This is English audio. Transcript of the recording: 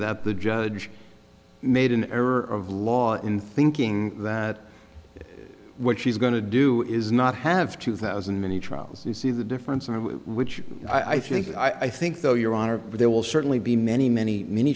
that the judge made an error of law in thinking that what she's going to do is not have two thousand many trials you see the difference and which i think i think though your honor there will certainly be many many many